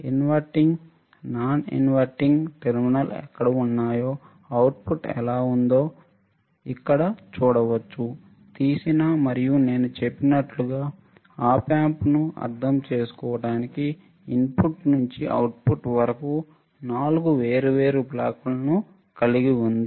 ఇన్వర్టింగ్నాన్ inverting terminal ఎక్కడ ఉన్నాయో output ఎలా ఉందో ఇక్కడ చూడవచ్చు తీసిన మరియు నేను చెప్పినట్లుగా op amp ను అర్థం చేసుకోవడానికి ఇన్పుట్ నుండి అవుట్పుట్ వరకు 4 వేర్వేరు బ్లాకులను కలిగి ఉంది